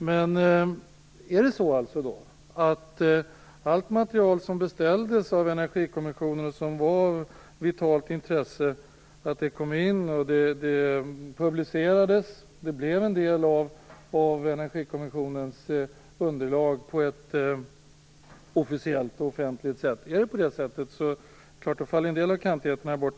Men var det då så att allt material av vitalt intresse, som beställdes av Energikommissionen och publicerades, blev en del av kommissionens underlag på ett officiellt och offentligt sätt? Om det är på det sättet, faller naturligtvis en del av kantigheterna bort.